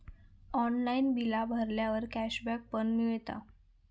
online बिला भरल्यावर cashback पण मिळता